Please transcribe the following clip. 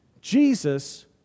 Jesus